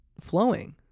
flowing